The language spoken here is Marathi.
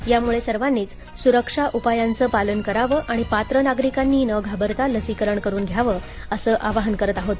त्यामुळे सर्वांनीच सुरक्षा उपायांचं पालन करावं आणि पात्र नागरिकांनी न घाबरता लसीकरण करून घ्यावं असं आवाहन करत आहोत